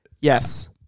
yes